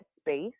space